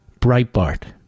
Breitbart